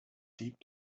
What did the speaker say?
deep